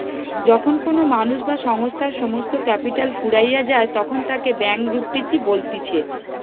যখন কোনো মানুষ বা সংস্থার সমস্ত ক্যাপিটাল ফুরাইয়া যায়তখন তাকে ব্যাংকরূপটিসি বলতিছে